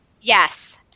Yes